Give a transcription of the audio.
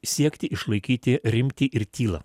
siekti išlaikyti rimtį ir tylą